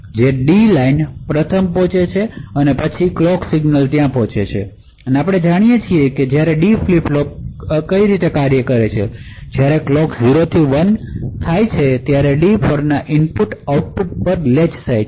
આપણે D line પ્રથમ પહોંચે છે પછી ક્લોક સિગ્નલ પહોંચે છે અને આપણે જાણીએ છીએ કે જ્યારે D ફ્લિપ ફ્લોપ કેવી રીતે કાર્ય કરે છે જ્યારે ક્લોક 0 થી 1 થાય છે ત્યારે D પરના ઇનપુટને તે આઉટપુટ પર લેચ કરે છે